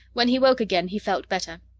when he woke again, he felt better.